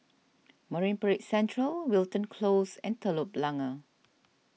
Marine Parade Central Wilton Close and Telok Blangah